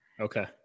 Okay